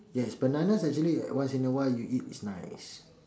yes bananas actually once in a while you eat is nice